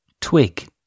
Twig